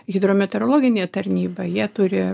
hidrometeorologinė tarnyba jie turi